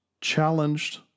challenged